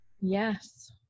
Yes